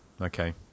okay